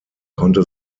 konnte